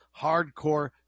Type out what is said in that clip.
hardcore